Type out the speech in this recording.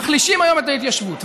מחלישים היום את ההתיישבות,